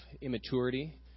immaturity